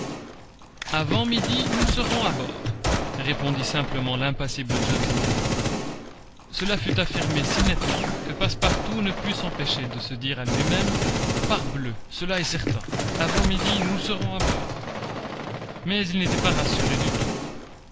avant midi nous serons à bord répondit simplement l'impassible gentleman cela fut affirmé si nettement que passepartout ne put s'empêcher de se dire à lui-même parbleu cela est certain avant midi nous serons à bord mais il n'était pas rassuré du tout